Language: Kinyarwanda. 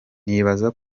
nibaza